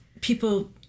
people